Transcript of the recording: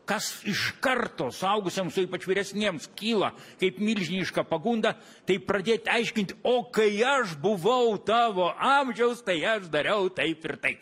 kas iš karto suaugusiems o ypač vyresniems kyla kaip milžiniška pagunda tai pradėt aiškint o kai aš buvau tavo amžiaus tai aš dariau taip ir taip